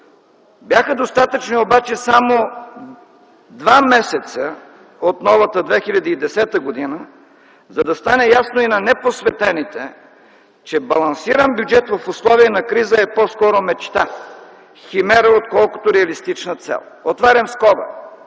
Бяха достатъчни обаче само 2 месеца от новата 2010 г., за да стане ясно и на непосветените, че балансиран бюджет в условия на криза е по-скоро мечта, химера, отколкото реалистична цел. Отварям скоба